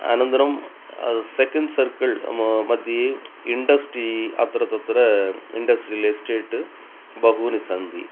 अनन्तरं सेकेण्ड् सर्कळ्मध्ये म इन्डस्टि अत्र तत्र इन्डस्ट्रियलेस्टेट् बहूनि सन्ति